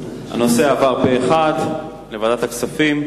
הנושא הועבר פה אחד לוועדת כספים.